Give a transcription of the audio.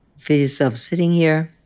feel yourself sitting here.